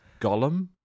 Gollum